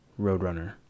Roadrunner